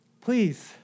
Please